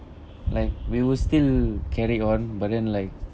like we will still carry on but then like